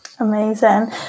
Amazing